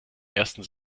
ersten